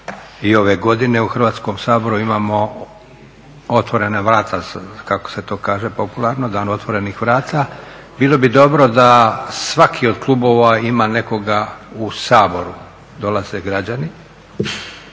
i ove godine u Hrvatskom saboru imamo otvorena vrata kako se to kaže popularno, Dan otvorenih vrata. Bilo bi dobro da svaki od klubova ima nekoga u Saboru. Dolaze građani